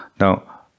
Now